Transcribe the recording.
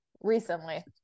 recently